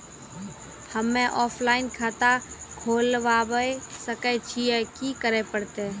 हम्मे ऑफलाइन खाता खोलबावे सकय छियै, की करे परतै?